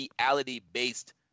reality-based